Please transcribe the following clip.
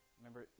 remember